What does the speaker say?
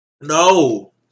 No